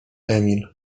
emil